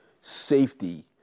safety